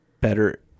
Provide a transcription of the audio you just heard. better